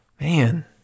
Man